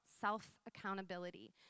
self-accountability